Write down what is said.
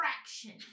fraction